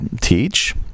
teach